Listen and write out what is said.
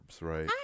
right